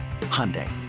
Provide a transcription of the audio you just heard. Hyundai